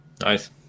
Nice